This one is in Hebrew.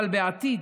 אבל בעתיד